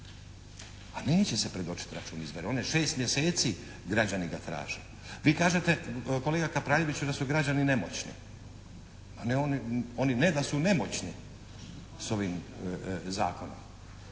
A neće se predočiti račun iz Verone, 6 mjeseci građani ga traže. Vi kažete kolega Kapraljeviću da su građani nemoćni. Oni ne da su nemoćni s ovim zakonom.